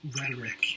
rhetoric